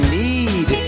need